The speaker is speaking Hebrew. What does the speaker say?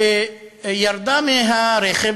שירדה מהרכב.